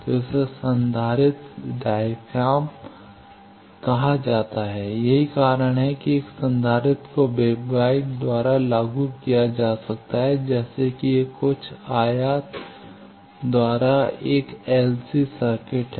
तो इसे संधारित्र डायाफ्राम कहा जाता है यही कारण है कि एक संधारित्र को वेवगाइड द्वारा लागू किया जा सकता है जैसे कि यह कुछ आयत द्वारा एक LC सर्किट है